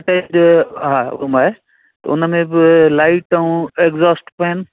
हा रूम आहे त उन में बि लाइट ऐं एग़्जॉस्ट फैन